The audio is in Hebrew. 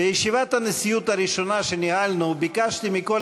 בישיבת הנשיאות הראשונה שניהלנו ביקשתי מכל